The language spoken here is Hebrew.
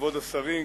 כבוד השרים,